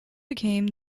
became